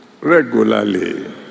regularly